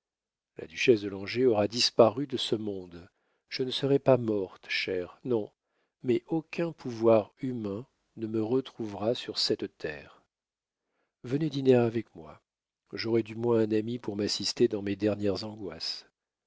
la duchesse de langeais aura disparu de ce monde je ne serai pas morte cher non mais aucun pouvoir humain ne me retrouvera sur cette terre venez dîner avec moi j'aurai du moins un ami pour m'assister dans mes dernières angoisses